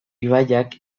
ibaiak